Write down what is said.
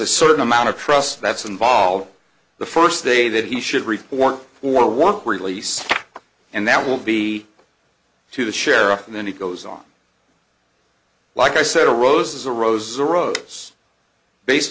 a certain amount of trust that's involved the first day that he should report for work release and that will be to the sheriff and then he goes on like i said a rose is a rose arose based